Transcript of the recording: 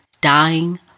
dying